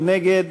מי נגד?